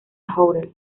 hotel